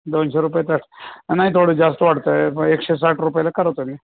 दोनशे रुपये तर नाही थोडं जास्त वाटतं आहे मग एकशे साठ रुपयला करा तुम्ही